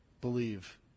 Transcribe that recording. believe